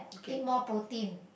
eat more protein